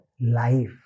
Life